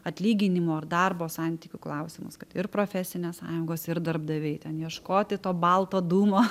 atlyginimo ar darbo santykių klausimus kad ir profesinės sąjungos ir darbdaviai ten ieškoti to balto dūmo